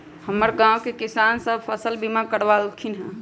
हमर गांव के किसान सभ फसल बीमा करबा लेलखिन्ह ह